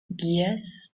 yes